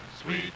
Sweet